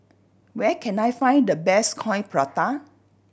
where can I find the best Coin Prata